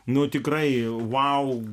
nuo tikrai vau